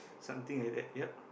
something like that ya